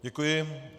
Děkuji.